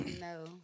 No